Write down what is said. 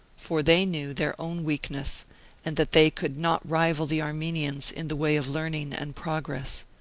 for they knew their own weakness and that they could not rival the armenians in the way of learning and progress.